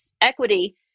equity